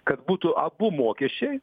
kad būtų abu mokesčiai